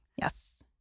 Yes